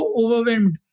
overwhelmed